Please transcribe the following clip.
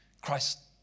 Christ